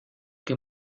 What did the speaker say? que